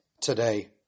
today